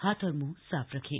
हाथ और मुंह साफ रखें